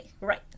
Right